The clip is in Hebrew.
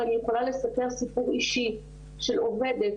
ואני יכולה לספר סיפור אישי של עובדת